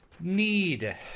Need